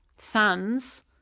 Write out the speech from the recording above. Sons